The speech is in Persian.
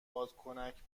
بادکنک